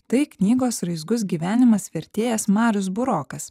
tai knygos raizgus gyvenimas vertėjas marius burokas